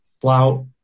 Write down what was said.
flout